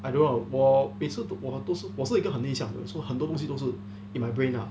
I don't know 我每次不管都是我是一个很内向的人 so 很多东西是 in my brain lah